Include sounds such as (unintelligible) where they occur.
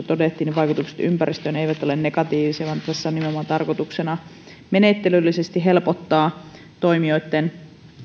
(unintelligible) todettiin vaikutukset ympäristöön eivät ole negatiivisia vaan tässä on nimenomaan tarkoituksena menettelyllisesti helpottaa toimijoitten